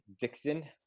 Dixon